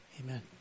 amen